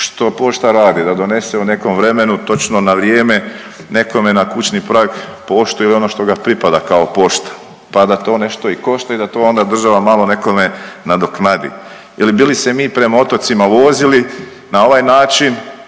što pošta radi, da donese u nekom vremenu točno na vrijeme nekome na kućni prag poštu ili ono što ga pripada kao pošta, pa da to nešto i košta i da to onda država malo nekome nadoknadi ili bi li se mi prema otocima vozili na ovaj način